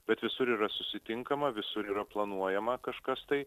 bet visur yra susitinkama visur yra planuojama kažkas tai